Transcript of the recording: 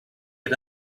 had